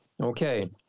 Okay